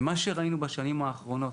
ממה שראינו בשנים האחרונות,